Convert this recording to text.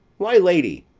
why, lady!